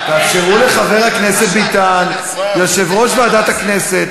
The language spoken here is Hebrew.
תאפשרו לחבר הכנסת ביטן, יושב-ראש ועדת הכנסת.